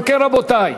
אם כן, רבותי,